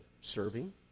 serving